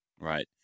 Right